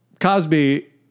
Cosby